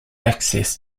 access